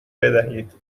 بدهید